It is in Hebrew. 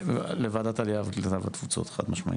--- לוועדת העלייה הקליטה והתפוצות, חד משמעית.